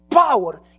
Power